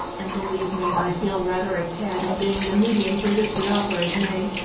and believe me i feel rather a cad in being the medium through which the offer is made,